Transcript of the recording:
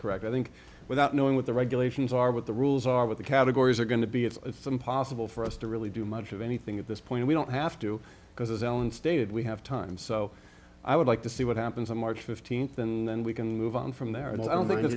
correct i think without knowing what the regulations are what the rules are with the categories are going to be it's impossible for us to really do much of anything at this point we don't have to because as alan stated we have time so i would like to see what happens on march fifteenth and then we can move on from there and i don't think